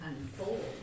unfold